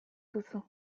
duzu